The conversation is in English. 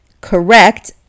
correct